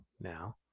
now